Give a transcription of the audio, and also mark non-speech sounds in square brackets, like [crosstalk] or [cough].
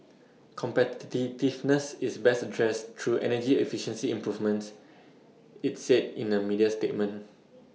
[unintelligible] is best addressed through energy efficiency improvements IT said in A media statement